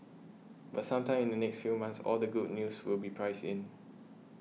but sometime in the next few months all the good news will be priced in